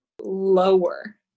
Lower